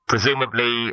Presumably